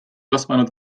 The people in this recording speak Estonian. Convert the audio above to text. kasvanud